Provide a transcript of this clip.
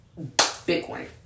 bitcoin